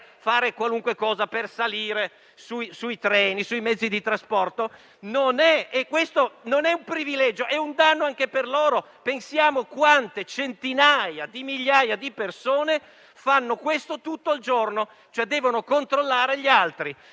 Parlamento, salire sui treni e sui mezzi di trasporto). Questo non è un privilegio, ma è un danno anche per loro: pensiamo a quante centinaia di migliaia di persone fanno questo tutto il giorno, e cioè controllare gli altri.